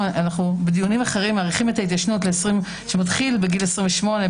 בדיונים אחרים אנחנו מאריכים את ההתיישנות לגיל 28 או